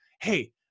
Hey